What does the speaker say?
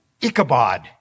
Ichabod